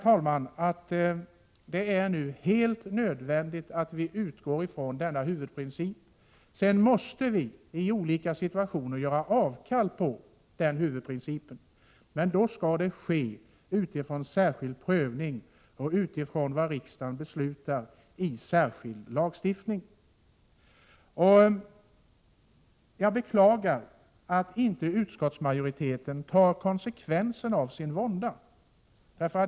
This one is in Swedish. Jag menar att det nu är helt nödvändigt att utgå från denna huvudprincip. Sedan måste vi i olika situationer göra avkall på den huvudprincipen, men då skall det ske efter särskild prövning och utifrån vad riksdagen beslutar i särskild lagstiftning. Jag beklagar att utskottsmajoriteten inte tar konsekvenserna av sin vånda.